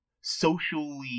socially